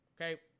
okay